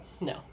No